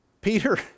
Peter